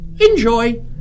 Enjoy